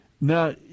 now